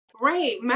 Right